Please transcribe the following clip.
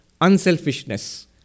unselfishness